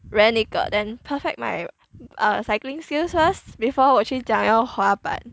rent 一个 then perfect my uh cycling skills first before 我去想要滑板